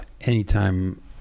anytime